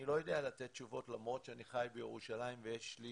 אני לא יודע לתת תשובות למרות שאני חי בירושלים ויש לי